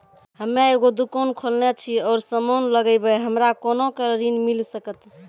हम्मे एगो दुकान खोलने छी और समान लगैबै हमरा कोना के ऋण मिल सकत?